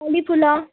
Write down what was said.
ମଲ୍ଲୀ ଫୁଲ